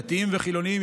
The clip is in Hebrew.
דתיים וחילונים,